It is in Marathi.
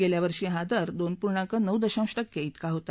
गेल्यावर्षी हा दर दोन पूर्णांक नऊ दशांश टक्के तिका होता